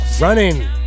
running